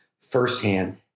firsthand